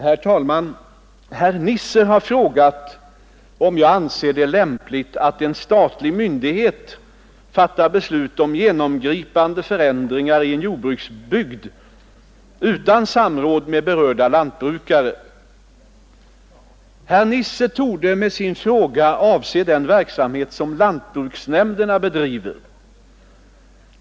Herr talman! Herr Nisser har frågat om jag anser det lämpligt att en statlig myndighet fattar beslut om genomgripande förändringar i en jordbruksbygd utan samråd med berörda lantbrukare. Herr Nisser torde med sin fråga avse den verksamhet som lantbruksnämnderna bedriver.